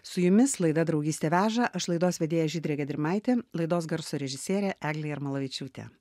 su jumis laida draugystė veža aš laidos vedėja žydrė gedrimaitė laidos garso režisierė eglė jarmolavičiūtė